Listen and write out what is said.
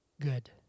good